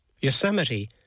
Yosemite